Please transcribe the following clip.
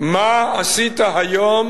מה עשית היום